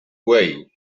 way